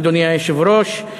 אדוני היושב-ראש.